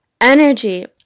energy